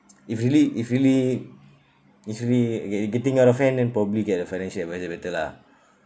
if really if really if really get getting out of hand then probably get a financial advisor better lah